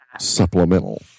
supplemental